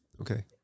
Okay